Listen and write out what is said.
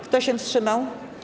Kto się wstrzymał?